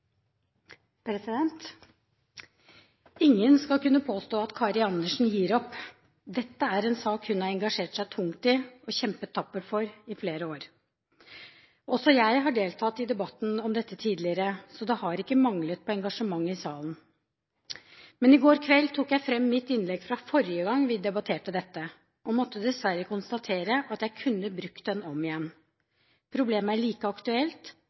Ingen skal kunne påstå at Karin Andersen gir opp! Dette er en sak hun har engasjert seg tungt i og kjempet tappert for i flere år. Også jeg har deltatt i debatten om dette tidligere, så det har ikke manglet på engasjement i salen. Men i går kveld tok jeg fram mitt innlegg fra forrige gang vi debatterte dette og måtte dessverre konstatere at jeg kunne brukt det om igjen. Problemet er like aktuelt,